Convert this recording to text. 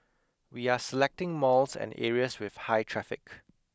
we are selecting malls and areas with high traffic